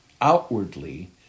outwardly